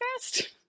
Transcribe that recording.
fast